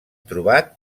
trobat